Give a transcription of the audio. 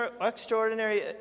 extraordinary